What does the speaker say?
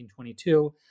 1922